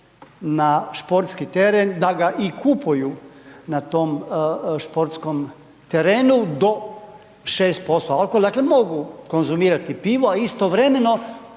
na sportski teren, da ga i kupuju na tom sportskom terenu do 6% alkohola, dakle mogu konzumirati pivo, a istovremeno